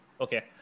okay